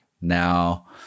Now